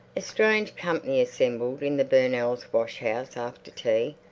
strange company assembled in the burnells' washhouse after tea.